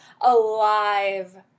alive